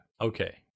Okay